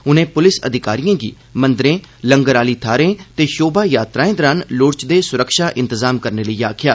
उनें पुलिस अधिकारिएं गी मंदिरें लंगर आली थाहरें ते षोभा यात्राएं दौरान लोड़चदे सुरक्षा इंतजाम करने लेई आक्खेआ